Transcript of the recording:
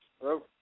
Hello